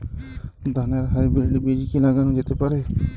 ধানের হাইব্রীড বীজ কি লাগানো যেতে পারে?